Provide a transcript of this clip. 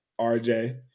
RJ